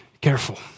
careful